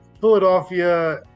Philadelphia